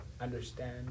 Understand